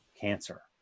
cancer